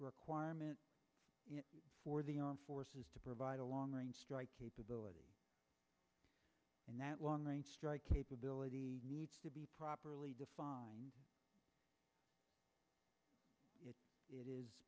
requirement for the armed forces to provide a long range strike capability and that long range strike capability needs to be properly defined if it is